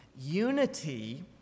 unity